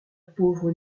pauvre